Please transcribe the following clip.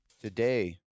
Today